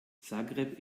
zagreb